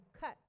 cut